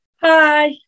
Hi